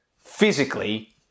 physically